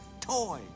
toy